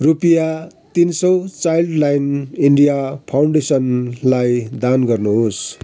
रुपियाँ तिन सौ चाइल्डलाइन इन्डिया फाउन्डेसनलाई दान गर्नुहोस्